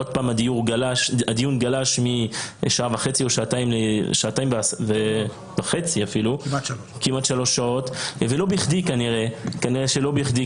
עוד פעם הדיון גלש משעה וחצי או שעתיים לכמעט שלוש שעות כנראה שלא בכדי,